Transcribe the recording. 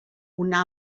una